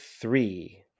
three